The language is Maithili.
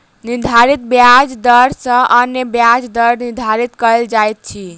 निर्धारित ब्याज दर सॅ अन्य ब्याज दर निर्धारित कयल जाइत अछि